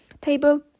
table